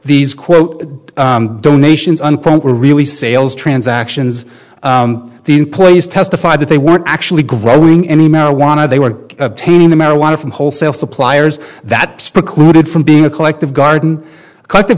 these quote donations unquote were really sales transactions the employees testified that they weren't actually growing any marijuana they were obtaining the marijuana from wholesale suppliers that precluded from being a collective garden cut the